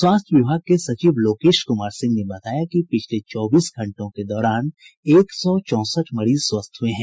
स्वास्थ्य विभाग के सचिव लोकेश कुमार सिंह ने बताया कि पिछले चौबीस घंटों के दौरान एक सौ चौंसठ मरीज स्वस्थ हुए हैं